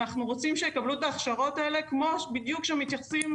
אנחנו רוצים שיקבלו את ההכשרות האלה כמו בדיוק שמתייחסים,